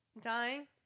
Dying